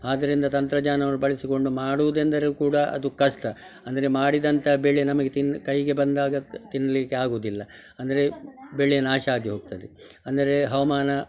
ಆದ್ದರಿಂದ ತಂತ್ರಜ್ಞಾನವನ್ನು ಬಳಸಿಕೊಂಡು ಮಾಡುವುದೆಂದರೆ ಕೂಡ ಅದು ಕಷ್ಟ ಅಂದರೆ ಮಾಡಿದಂಥ ಬೆಳೆ ನಮಗೆ ತಿನ್ನು ಕೈಗೆ ಬಂದಾಗ ತಿನ್ನಲಿಕ್ಕೆ ಆಗುವುದಿಲ್ಲ ಅಂದರೆ ಬೆಳೆ ನಾಶ ಆಗಿ ಹೋಗ್ತದೆ ಅಂದರೆ ಹವಾಮಾನ